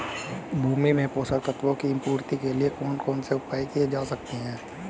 भूमि में पोषक तत्वों की पूर्ति के लिए कौन कौन से उपाय किए जा सकते हैं?